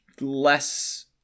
less